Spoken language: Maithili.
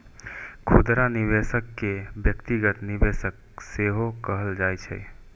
खुदरा निवेशक कें व्यक्तिगत निवेशक सेहो कहल जाइ छै